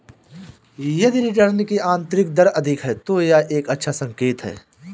यदि रिटर्न की आंतरिक दर अधिक है, तो यह एक अच्छा संकेत है